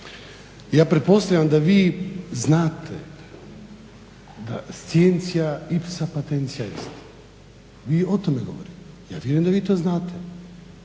ja pretpostavljam da vi znate da scientia ipsa potentia est. Vi o tome govorite, ja vjerujem da vi to znate.